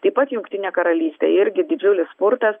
taip pat jungtinė karalystė irgi didžiulis spurtas